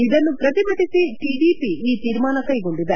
ಇದನ್ನು ಪ್ರತಿಭಟಸಿ ಟಡಿಪಿ ಈ ತೀರ್ಮಾನ ಕೈಗೊಂಡಿದೆ